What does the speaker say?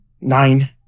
Nine